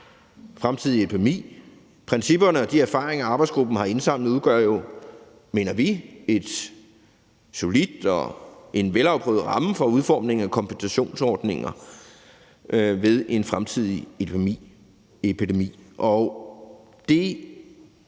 fremtidig epidemi. Principperne og de erfaringer, som arbejdsgruppen har indsamlet, udgør jo, mener vi, en solid og velafprøvet ramme for udformningen af kompensationsordninger ved en fremtidig epidemi. Det